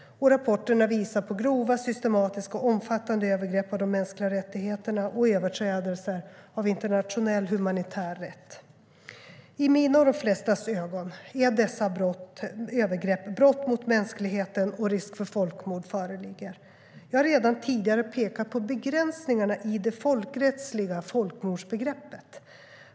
Rapporterna visar på grova, systematiska och omfattande övergrepp mot de mänskliga rättigheterna och överträdelser av internationell humanitär rätt. I mina och de flestas ögon är dessa övergrepp brott mot mänskligheten, och risk för folkmord föreligger. Jag har redan tidigare pekat på begränsningarna i det folkrättsliga folkmordsbegreppet.